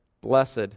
Blessed